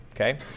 okay